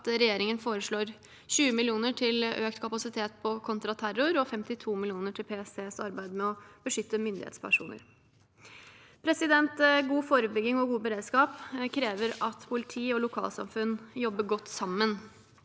at regjeringen foreslår 20 mill. kr til økt kapasitet på kontraterror og 52 mill. kr til PSTs arbeid med å beskytte myndighetspersoner. God forebygging og god beredskap krever at politi og lokalsamfunn jobber godt sammen.